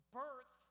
birth